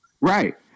Right